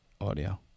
audio